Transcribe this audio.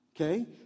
okay